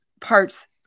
parts